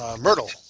Myrtle